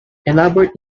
elaborate